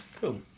Cool